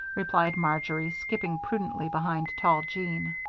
replied marjory, skipping prudently behind tall jean.